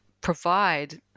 provide